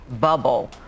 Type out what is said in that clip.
bubble